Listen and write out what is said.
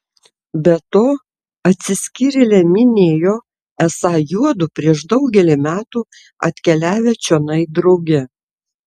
be to atsiskyrėlė minėjo esą juodu prieš daugelį metų atkeliavę čionai drauge